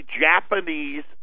Japanese